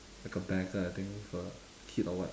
like a beggar I think with a kid or what